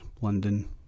London